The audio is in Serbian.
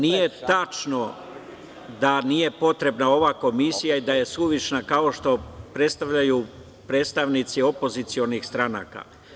Nije tačno da nije potrebna ova komisija i da je suvišna, kao što predstavljaju predstavnici opozicionih stranaka.